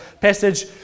passage